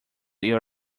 your